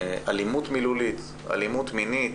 אלימות מילולית, אלימות מינית,